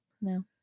no